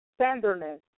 tenderness